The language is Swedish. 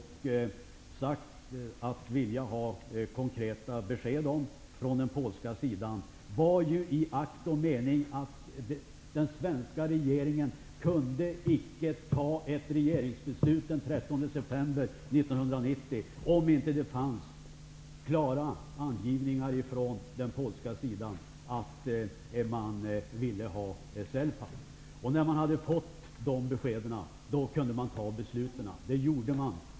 Han framför där önskemål om konkreta besked från den polska sidan. Det var i akt och mening ett exempel på att den svenska regeringen inte kunde fatta beslut den 13 september 1990 om det inte fanns klara anvisningar från den polska sidan att Polen ville ha NLK-Celpap. När regeringen hade fått de beskeden kunde beslut fattas.